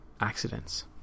accidents